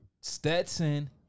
Stetson